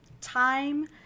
time